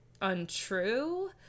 untrue